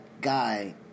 guy